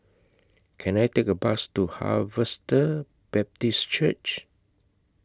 Can I Take A Bus to Harvester Baptist Church